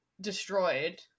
destroyed